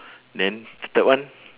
then third one